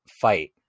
fight